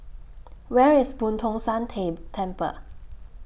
Where IS Boo Tong San Temple